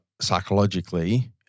psychologically